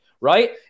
right